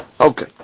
Okay